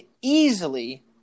easily